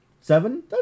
seven